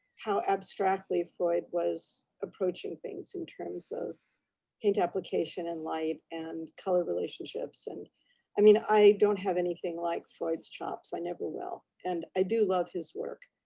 how abstractly freud was approaching things in terms of paint application in light and color relationships. and i mean, i don't have anything like freud's chops, i never will. and i do love his work,